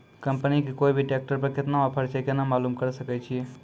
Company के कोय भी ट्रेक्टर पर केतना ऑफर छै केना मालूम करऽ सके छियै?